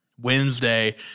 Wednesday